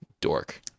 dork